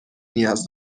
نیاز